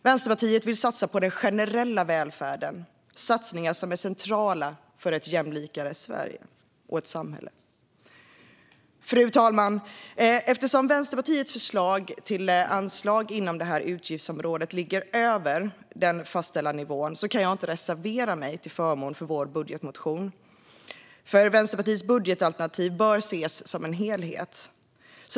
Vänsterpartiet vill satsa på den generella välfärden, det vill säga satsningar som är centrala för ett jämlikare samhälle i Sverige. Fru talman! Eftersom Vänsterpartiets förslag till anslag inom utgiftsområdet ligger över den fastställda nivån kan jag inte reservera mig till förmån för vår budgetmotion. Vänsterpartiets budgetalternativ bör ses som en helhet.